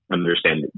understand